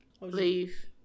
Leave